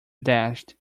dashed